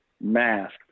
mask